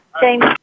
James